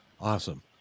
awesome